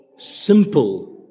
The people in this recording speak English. simple